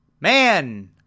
Man